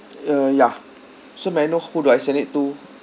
uh ya so may I know who do I send it to